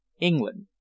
england